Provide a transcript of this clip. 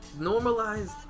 Normalized